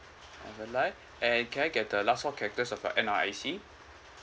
evan lai and can I get the last four characters of your N_R_I_C